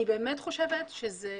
אני באמת חושבת שזאת